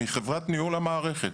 מחברת ניהול המערכת.